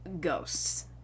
Ghosts